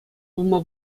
пулма